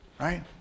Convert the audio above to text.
right